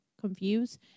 confused